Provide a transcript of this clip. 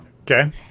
Okay